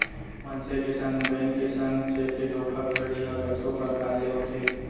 मनसे के संग, बेंक के संग चेक के धोखाघड़ी ह कतको परकार ले होथे